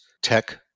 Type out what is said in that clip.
tech